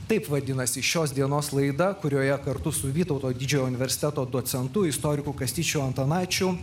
taip vadinasi šios dienos laida kurioje kartu su vytauto didžiojo universiteto docentu istoriku kastyčiu antanaičiu